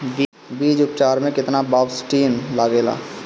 बीज उपचार में केतना बावस्टीन लागेला?